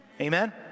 Amen